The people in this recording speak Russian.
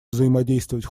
взаимодействовать